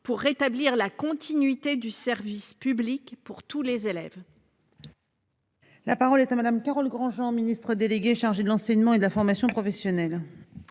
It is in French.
et rétablir la continuité du service public pour tous les élèves